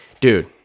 dude